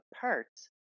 parts